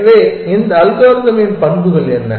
எனவே இந்த அல்காரிதமின் பண்புகள் என்ன